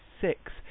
six